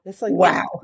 Wow